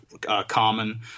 common